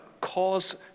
cause